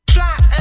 Flat